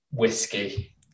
whiskey